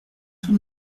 tout